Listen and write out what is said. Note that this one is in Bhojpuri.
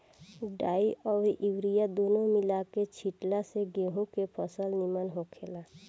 डाई अउरी यूरिया दूनो मिला के छिटला से गेंहू के फसल निमन होखेला